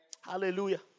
Hallelujah